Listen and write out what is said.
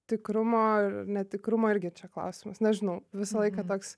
tikrumo ir netikrumo irgi čia klausimas nežinau visą laiką toks